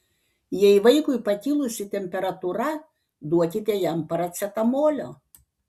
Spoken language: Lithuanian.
jei vaikui pakilusi temperatūra duokite jam paracetamolio